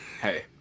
hey